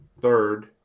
Third